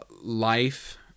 life